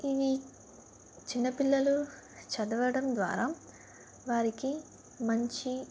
ఇవి చిన్నపిల్లలు చదవడం ద్వారా వారికి మంచి